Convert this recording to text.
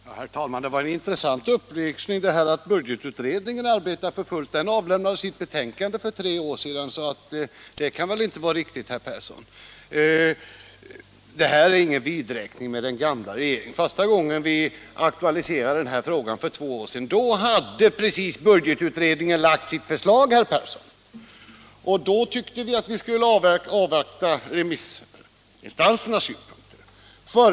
Herr talman! Det var en intressant upplysning att budgetutredningen arbetar för fullt. Den avlämnade sitt betänkande för tre år sedan, så det kan väl inte vara riktigt, herr Persson? Det här är ingen vidräkning med den gamla regeringen. Första gången vi aktualiserade denna fråga, för två år sedan, hade budgetutredningen just framlagt sitt förslag. Då tyckte vi att vi skulle avvakta remissinstansernas synpunkter.